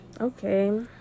Okay